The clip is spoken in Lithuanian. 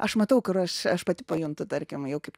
aš matau kur aš aš pati pajuntu tarkim jau kaip